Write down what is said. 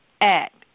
act